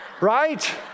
Right